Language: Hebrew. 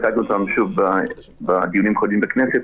הצגנו אותם בדיונים קודמים בכנסת,